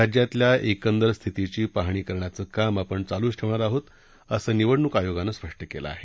राज्यातल्या एकंदर स्थितीची पाहणी करण्याचं काम आपण चालूच ठेवणार आहोत असं निवडणूक आयोगानं स्पष्ट केलं आहे